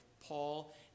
Paul